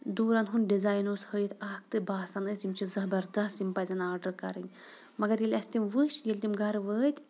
دوٗرَن ہُنٛد ڈِزایِن اوس ہٲیِتھ اَکھ تہٕ باسان ٲسۍ یِم چھِ زَبَردَست یِم پَزن آرڈر کَرٕنۍ مگر ییٚلہِ اَسہِ تِم وٕچھ ییٚلہِ تِم گَرٕ وٲتۍ